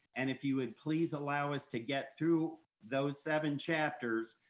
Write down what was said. and if you would please allow us to get through those seven chapters,